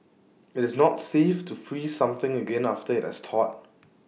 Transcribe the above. IT is not safe to freeze something again after IT has thawed